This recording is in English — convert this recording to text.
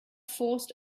forced